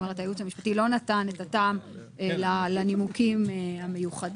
הייעוץ המשפטי לא נתן טעם לנימוקים המיוחדים.